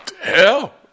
Hell